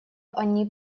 они